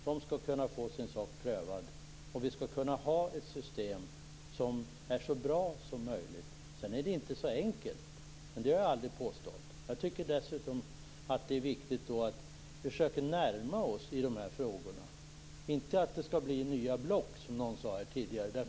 De skall kunna få sin sak prövad, och vi skall ha ett system för detta som är så bra som möjligt. Jag har aldrig påstått att detta är enkelt. Jag tycker dessutom att det är viktigt att vi försöker närma oss till varandra i de här frågorna. Det skall inte bli nya block, som någon här tidigare sade.